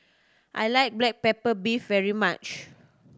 I like black pepper beef very much